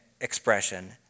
expression